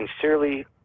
sincerely